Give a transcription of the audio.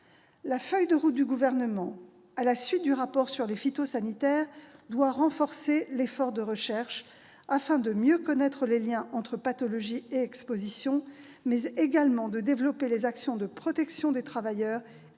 La feuille de route du Gouvernement, à la suite du rapport sur les produits phytosanitaires, doit renforcer l'effort de recherche afin de mieux connaître les liens entre pathologies et exposition, mais également de développer les actions de protection des travailleurs et des